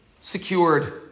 secured